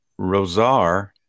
Rosar